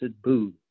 boo